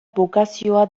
bokazioa